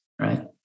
right